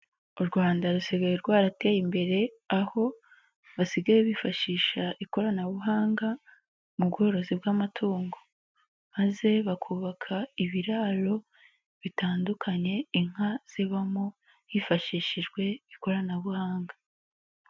U rwanda rusigaye rwarateye imbere aho basigaye bifashisha ikoranabuhanga mu bworozi bw'amatungo, maze bakubaka ibiraro bitandukanye inka zibamo hifashishijwe ikoranabuhanga.